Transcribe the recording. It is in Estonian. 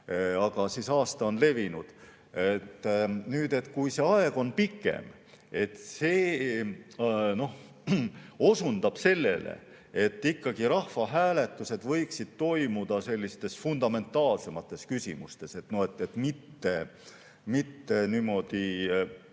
aga aasta on levinud. Nüüd, kui see aeg on pikem, see osundab sellele, et ikkagi rahvahääletused võiksid toimuda sellistes fundamentaalsemates küsimustes, mitte